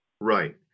right